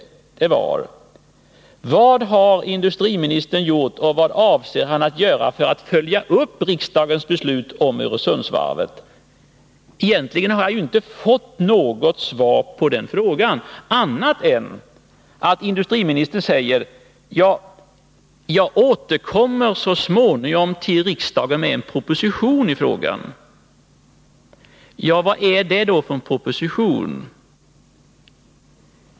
Den ena frågan var: Vad har industriministern gjort och vad avser han att göra för att följa upp riksdagens beslut om Öresundsvarvet? Egentligen har jag inte fått något svar på den frågan. Industriministern har bara sagt: Jag återkommer så småningom till riksdagen med en proposition i frågan. Vad är det för proposition?